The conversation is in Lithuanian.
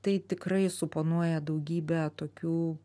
tai tikrai suponuoja daugybę tokių